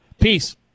Peace